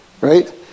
right